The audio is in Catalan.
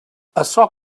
açò